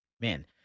Man